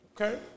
Okay